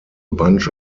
bunch